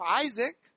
Isaac